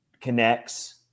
connects